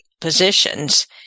positions